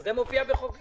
זה מופיע בחוק יסוד.